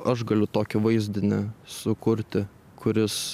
aš galiu tokį vaizdinį sukurti kuris